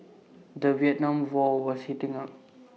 the Vietnam war was heating up